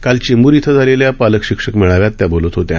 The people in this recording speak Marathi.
काल चेंब्र इथं झालेल्या पालक शिक्षक मेळाव्यात त्या बोलत होत्या